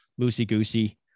loosey-goosey